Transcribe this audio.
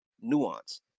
nuance